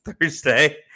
Thursday